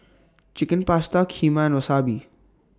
Chicken Pasta Kheema Wasabi